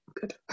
good